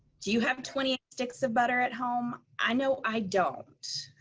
do you have twenty eight sticks of butter at home? i know i don't.